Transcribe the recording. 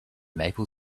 maple